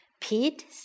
Pete